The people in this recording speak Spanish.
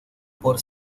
por